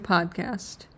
Podcast